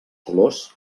colors